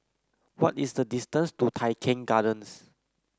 what is the distance to Tai Keng Gardens